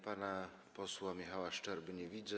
Pana posła Michała Szczerby nie widzę.